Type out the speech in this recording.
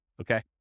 Okay